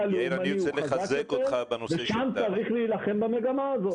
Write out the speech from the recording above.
הלאומני הוא חזק יותר ושם צריך להילחם במגמה הזאת.